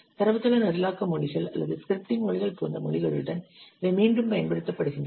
தரவுத்தள நிரலாக்க மொழிகள் அல்லது ஸ்கிரிப்டிங் மொழிகள் போன்ற மொழிகளுடன் இவை மீண்டும் பயன்படுத்தப்படுகின்றன